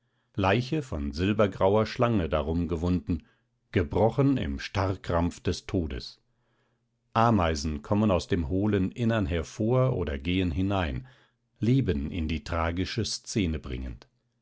leiche von silbergrauer schlange darumgewunden gebrochen im starrkrampf des todes ameisen kommen aus dem hohlen innern hervor oder gehen hinein leben in die tragische szene bringend